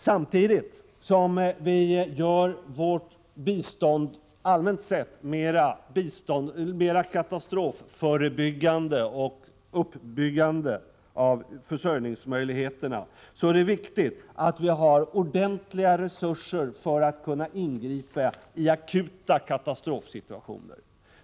Samtidigt som vi allmänt sett gör vårt bistånd mer katastrofförebyggande och inriktar det på att bygga upp försörjningsmöjligheterna är det viktigt att vi har ordentliga resurser för att kunna ingripa i akuta katastrofsituationer.